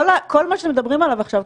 כל מה שמדברים עליו עכשיו,